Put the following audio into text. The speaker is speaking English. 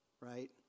right